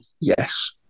Yes